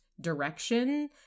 direction